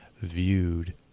viewed